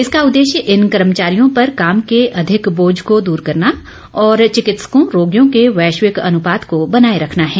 इसका उद्देश्य इन कर्मचारियों पर काम के अधिक बोझ को दूर करना और चिकित्सकों रोगियों के वैश्विक अनुपात को बनाए रखना है